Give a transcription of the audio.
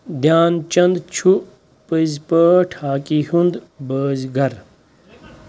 گیٛان چنٛد چھُ پٔزۍ پٲٹھۍ ہاکی ہُنٛد بٲزۍ گَر